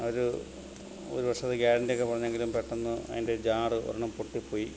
അവർ ഒരു വർഷത്തെ ഗ്യാരൻഡിയെക്കെ പറഞ്ഞെങ്കിലും പെട്ടന്ന് അതിൻ്റെ ജാറ് ഒഒരെണ്ണം പൊട്ടിപ്പോയി